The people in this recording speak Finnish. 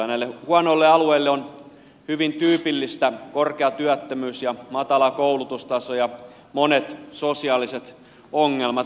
näille huonoille alueille on hyvin tyypillistä korkea työttömyys ja matala koulutustaso ja monet sosiaaliset ongelmat